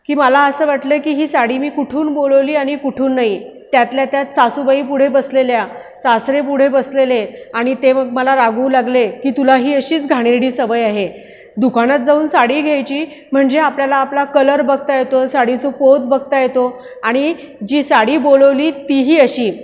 की मला असं वाटलं की ही साडी मी कुठून बोलवली आणि कुठून नाही त्यातल्या त्यात सासूबाई पुढे बसलेल्या सासरे पुढे बसलेले आणि ते मग मला रागवू लागले की तुला ही अशीच घाणेरडी सवय आहे दुकानात जाऊन साडी घ्यायची म्हणजे आपल्याला आपला कलर बघता येतो साडीचं पोत बघता येतो आणि जी साडी बोलवली ती ही अशी